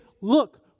look